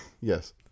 yes